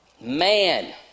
man